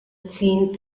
clean